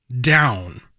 down